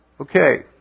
Okay